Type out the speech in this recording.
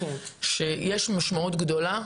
שיש משמעות גדולה,